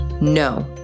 No